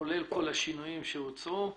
כולל כל השינויים שהוצעו.